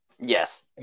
Yes